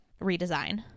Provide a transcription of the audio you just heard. redesign